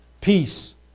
peace